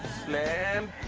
slam.